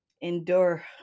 endure